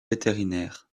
vétérinaire